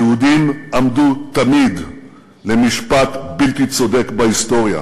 היהודים עמדו תמיד למשפט בלתי צודק בהיסטוריה,